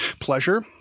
pleasure